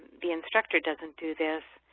the instructor doesn't do this.